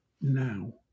now